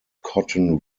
cotton